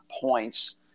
points